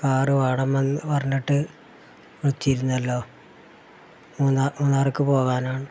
car വേണമെന്ന് പറഞ്ഞിട്ട് വിളിച്ചിരുന്നല്ലോ മൂന്നാർ മൂന്നാറിലേക്ക് പോവാനാണ്